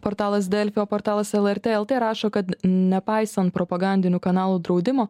portalas delfi o portalas lrt lt rašo kad nepaisant propagandinių kanalų draudimo